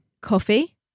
Coffee